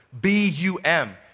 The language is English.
B-U-M